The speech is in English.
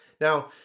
now